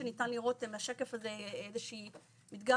ניתן לראות מהשקף הזה עוד איזשהו מדגם,